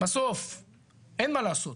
בסוף אין מה לעשות,